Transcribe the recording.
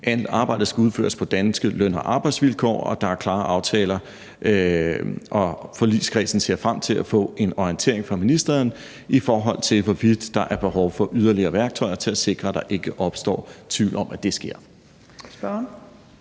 Arbejdet skal udføres på danske løn- og arbejdsvilkår, og der er klare aftaler. Og forligskredsen ser frem til at få en orientering fra ministeren, i forhold til hvorvidt der er behov for yderligere værktøjer til at sikre, at der ikke opstår tvivl om, at det sker.